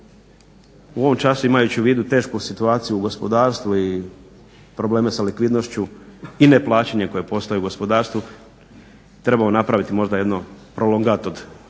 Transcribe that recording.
u ovom času imajući u vidu tešku situaciju u gospodarstvu i probleme sa likvidnošću i neplaćanje koje postoji u gospodarstvu treba napraviti možda jedno prolongat